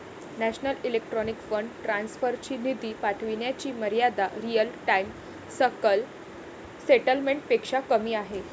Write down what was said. national electronic fund transfer ची निधी पाठविण्याची मर्यादा रिअल टाइम सकल सेटलमेंट पेक्षा कमी आहे